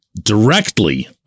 directly